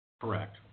correct